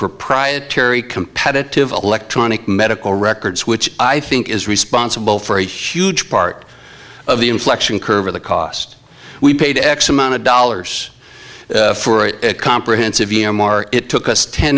proprietary competitive electronic medical records which i think is responsible for a huge part of the inflection curve of the cost we paid x amount of dollars for a comprehensive e m r it took us ten